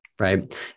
Right